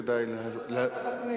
כדאי להעביר,